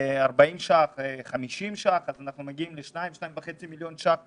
אותן ב-40-50 ש"ח אנחנו מגיעים ל-2-2.5 מיליון ש"ח ביום,